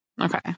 Okay